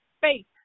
faith